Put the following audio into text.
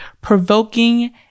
provoking